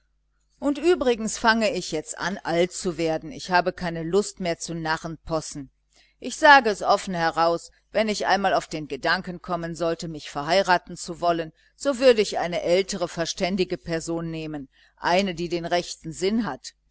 und übrigens fange ich jetzt an alt zu werden ich habe keine lust mehr zu narrenspossen ich sage es offen heraus wenn ich einmal auf den gedanken kommen sollte mich verheiraten zu wollen so würde ich eine ältere verständige person nehmen eine die den rechten sinn hat